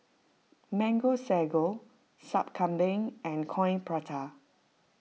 Mango Sago Sup Kambing and Coin Prata